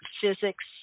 physics